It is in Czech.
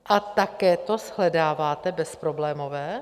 A také to shledáváte bezproblémové?